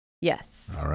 Yes